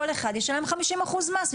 כל אחד ישלם 50% מס,